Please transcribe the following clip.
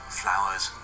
flowers